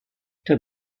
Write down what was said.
der